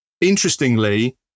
interestingly